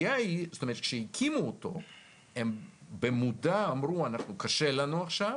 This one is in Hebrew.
כשהקימו אותו הם במודע אמרו: קשה לנו עכשיו,